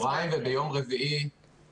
-- הקבועות השבוע זה היום בצהרים וביום רביעי בצהרים,